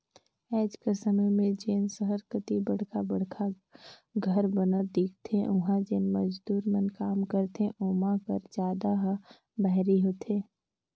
आएज कर समे में जेन सहर कती बड़खा बड़खा घर बनत दिखथें उहां जेन मजदूर मन काम करथे ओमा कर जादा ह बाहिरी होथे